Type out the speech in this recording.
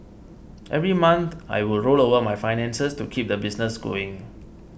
every month I would roll over my finances to keep the business going